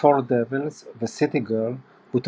"Four Devils" ו-"City Girl",